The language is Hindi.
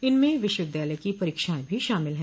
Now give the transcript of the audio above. इनमें विश्वविद्यालय की परीक्षाएं भी शामिल हैं